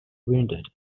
wounded